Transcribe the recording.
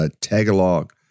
Tagalog